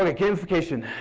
and gamification.